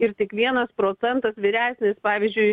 ir tik vienas procentas vyresnis pavyzdžiui